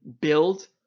build